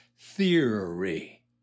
theory